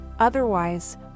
Otherwise